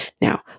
Now